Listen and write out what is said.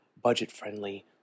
budget-friendly